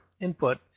input